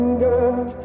girl